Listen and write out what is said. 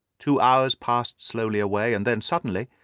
two hours passed slowly away, and then, suddenly,